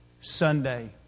Sunday